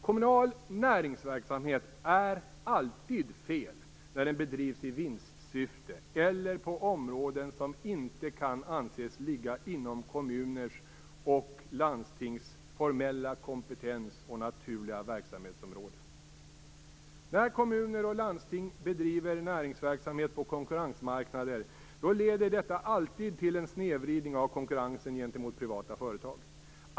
Kommunal näringsverksamhet är alltid fel när den bedrivs i vinstsyfte eller på områden som inte kan anses ligga inom kommuners och landstings formella kompetens och naturliga verksamhetsområde. När kommuner och landsting bedriver näringsverksamhet på konkurrensmarknader leder detta alltid till en snedvridning av konkurrensen gentemot privata företag.